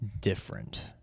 different